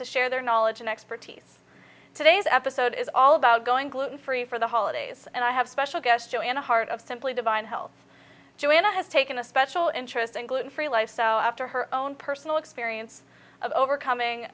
to share their knowledge and expertise today's episode is all about going gluten free for the holidays and i have a special guest joanna heart of simply divine health joy and a has taken a special interest in gluten free life so after her own personal experience of overcoming